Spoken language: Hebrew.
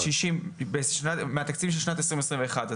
אז שישים -- מהתקציב של שנת 2021,